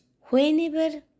whenever